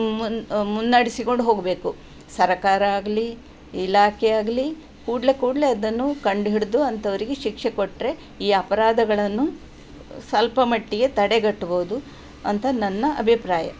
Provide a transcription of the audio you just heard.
ಮುನ್ನ ಮುನ್ನಡ್ಸಿಕೊಂಡು ಹೋಗಬೇಕು ಸರಕಾರ ಆಗಲಿ ಇಲಾಖೆ ಆಗಲಿ ಕೂಡಲೆ ಕೂಡಲೆ ಅದನ್ನು ಕಂಡು ಹಿಡಿದು ಅಂಥವರಿಗೆ ಶಿಕ್ಷೆಕೊಟ್ಟರೆ ಈ ಅಪರಾಧಗಳನ್ನು ಸ್ವಲ್ಪ ಮಟ್ಟಿಗೆ ತಡೆಗಟ್ಬೋದು ಅಂತ ನನ್ನ ಅಭಿಪ್ರಾಯ